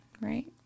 right